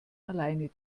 alleine